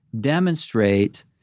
demonstrate